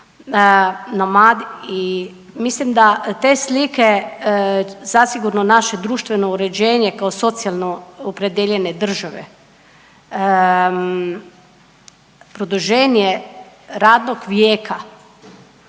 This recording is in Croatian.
Nomad, mislim da te slike zasigurno naše društveno uređenje kao socijalno opredijeljene države, produženje radnog vijeka